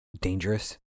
dangerous